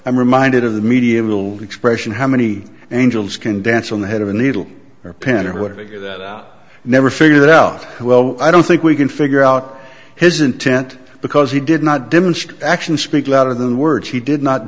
i'm reminded of the media will expression how many angels can dance on the head of a needle or pin or whatever that never figured out well i don't think we can figure out his intent because he did not demonstrate actions speak louder than words he did not